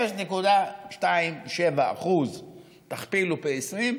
0.27% תכפילו פי 20,